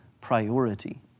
priority